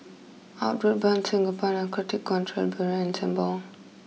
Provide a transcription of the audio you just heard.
Outward Bound Singapore Narcotic Control Bureau and Sembawang